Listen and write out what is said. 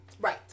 Right